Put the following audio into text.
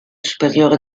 superiore